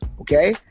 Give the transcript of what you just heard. okay